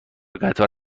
قطار